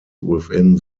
within